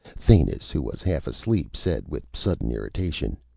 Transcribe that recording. thanis, who was half asleep, said with sudden irritation,